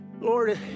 Lord